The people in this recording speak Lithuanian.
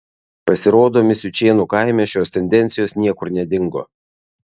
pasirodo misiučėnų kaime šios tendencijos niekur nedingo